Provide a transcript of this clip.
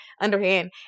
underhand